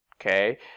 Okay